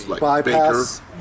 bypass